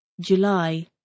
July